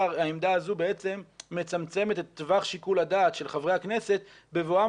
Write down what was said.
העמדה הזו בעצם מצמצמת את טווח שיקול הדעת של חברי הכנסת בבואם